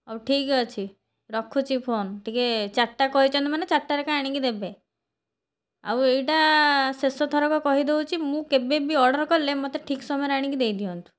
ହଉ ଠିକ୍ ଅଛି ରଖୁଚି ଫୋନ ଟିକେ ଚାରିଟା କହିଛନ୍ତି ମାନେ ଚାରିଟାରେ ଏକା ଆଣିକି ଦେବେ ଆଉ ଏଇଟା ଶେଷ ଥରକ କହି ଦେଉଛି ମୁଁ କେବେ ବି ଅର୍ଡ଼ର୍ କଲେ ମୋତେ ଠିକ୍ ସମୟରେ ଆଣିକି ଦେଇ ଦିଅନ୍ତୁ